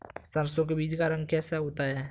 सरसों के बीज का रंग कैसा होता है?